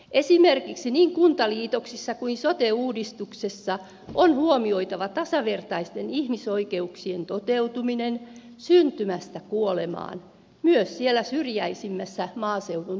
esimerkiksi niin kuntaliitoksissa kuin sote uudistuksessa on huomioitava tasavertaisten ihmisoikeuksien toteutuminen syntymästä kuolemaan myös siellä syrjäisimmässä maaseudun torpassa